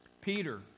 Peter